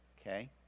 Okay